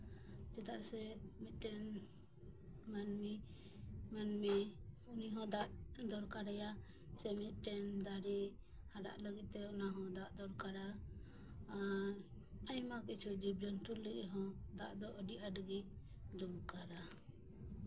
ᱪᱮᱫᱟᱜ ᱥᱮ ᱢᱤᱫᱴᱮᱱ ᱢᱟᱹᱱᱢᱤ ᱢᱟᱹᱢᱤ ᱩᱱᱤᱦᱚᱸ ᱫᱟᱜ ᱫᱚᱨᱠᱟᱨ ᱟᱭᱟ ᱥᱮ ᱢᱤᱫᱴᱮᱱ ᱫᱟᱨᱮ ᱫᱟᱜ ᱞᱟᱹᱜᱤᱫᱛᱮ ᱚᱱᱟᱦᱚᱸ ᱫᱟᱜ ᱫᱚ ᱫᱚᱨᱠᱟᱨᱟ ᱟᱨ ᱟᱭᱢᱟ ᱠᱤᱪᱷᱩ ᱡᱤᱵᱽ ᱡᱚᱱᱛᱩ ᱞᱟᱹᱜᱤᱫ ᱦᱚᱸ ᱫᱟᱜ ᱫᱚ ᱟᱹᱰᱤ ᱟᱹᱰᱤ ᱜᱮ ᱫᱚᱨᱠᱟᱨᱟ